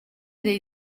dei